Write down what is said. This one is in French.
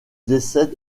décède